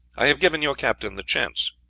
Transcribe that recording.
i have given your captain the chance.